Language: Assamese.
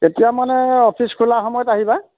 এতিয়া মানে অফিচ খোলা সময়ত আহিবা